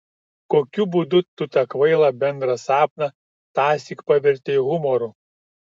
kokiu būdu tu tą kvailą bendrą sapną tąsyk pavertei humoru